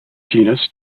genus